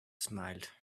smiled